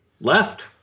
left